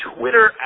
Twitter